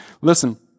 Listen